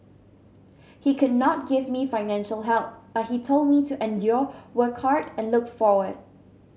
he could not give me financial help but he told me to endure work hard and look forward